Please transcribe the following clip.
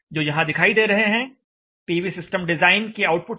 जो यहां दिखाई दे रहे हैं पीवी सिस्टम डिजाइन के आउटपुट हैं